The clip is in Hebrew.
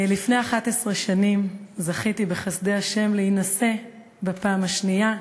לפני 11 שנים זכיתי בחסדי השם להינשא בפעם השנייה,